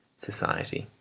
society,